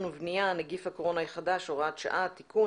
ובנייה (נגיף הקורונה החדש - הוראת שעה) (תיקון),